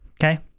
Okay